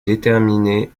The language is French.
déterminées